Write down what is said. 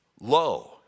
low